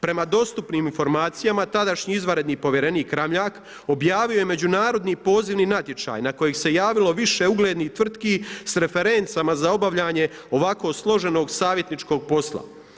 Prema dostupnim informacijama tadašnji izvanredni povjerenik Ramljak objavio je međunarodni pozivni natječaj na kojeg se javilo više uglednih tvrtki s referencama za obavljanje ovako složenog savjetničkog posla.